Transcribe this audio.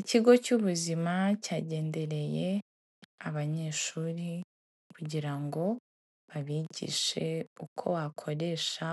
Ikigo cy'ubuzima cyagendereye, abanyeshuri kugira ngo babigishe uko wakoresha